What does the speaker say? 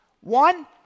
One